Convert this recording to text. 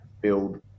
build